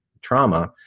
trauma